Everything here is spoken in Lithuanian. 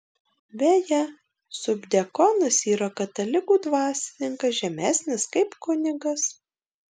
beje subdiakonas yra katalikų dvasininkas žemesnis kaip kunigas